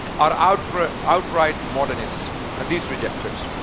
are out for ah outright modernists. hadith rejecters.